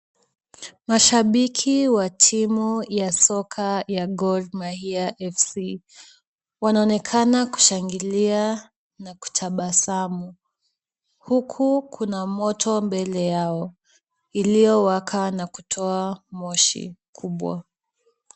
Mashabiki wa timu ya soka ya Gor Mahia FC. Wanaonekana kushangilia na kutabasamu, huku kuna moto mbele yao, iliyowaka na kutoa moshi kubwa.